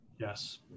Yes